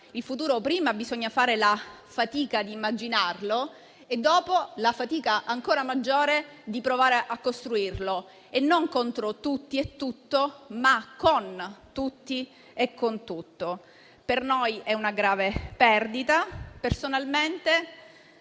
il futuro prima bisogna fare la fatica di immaginarlo e dopo la fatica ancora maggiore di provare a costruirlo e non contro tutti e tutto, ma con tutti e con tutto. Per noi è una grave perdita, personalmente